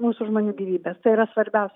mūsų žmonių gyvybes tai yra svarbiausia